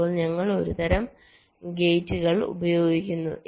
ഇപ്പോൾ ഞങ്ങൾ ഒരുതരം ഗേറ്റുകൾ ഉപയോഗിക്കുന്നു